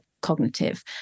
cognitive